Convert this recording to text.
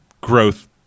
growth